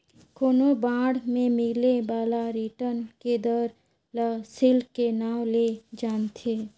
कोनो बांड मे मिले बाला रिटर्न के दर ल सील्ड के नांव ले जानथें